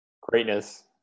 Greatness